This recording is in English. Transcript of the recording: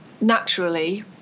naturally